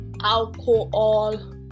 alcohol